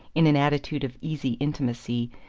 in an attitude of easy intimacy,